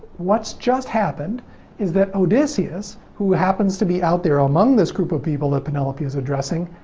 what's just happened is that odysseus, who happens to be out there among this group of people that penelope is addressing,